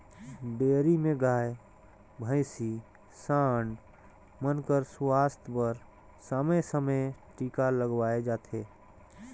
dairy में गाय, भइसी, सांड मन कर सुवास्थ बर समे समे में टीका लगवाए जाथे